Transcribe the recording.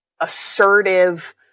assertive